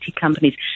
companies